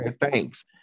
thanks